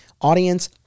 Audience